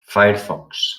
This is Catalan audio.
firefox